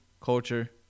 culture